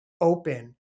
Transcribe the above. open